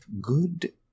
good